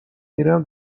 میرم